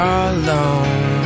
alone